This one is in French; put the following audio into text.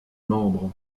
membres